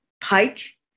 pike